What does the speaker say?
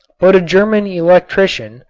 but a german electrician,